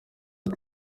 ati